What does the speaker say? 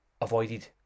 avoided